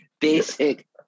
basic